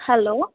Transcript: hello